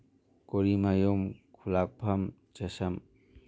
ꯀꯣꯔꯤꯃꯌꯨꯝ ꯈꯨꯂꯥꯛꯐꯝ ꯆꯦꯁꯝ